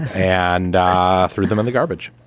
and threw them in the garbage